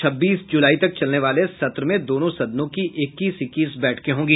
छब्बीस जुलाई तक चलने वाले सत्र में दोनों सदनों की इक्कीस इक्कीस बैठकें होंगी